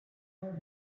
who